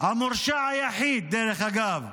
המורשע היחיד, דרך אגב,